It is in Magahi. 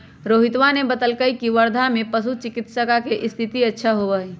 रोहितवा ने बतल कई की वर्धा में पशु चिकित्सा के स्थिति अच्छा होबा हई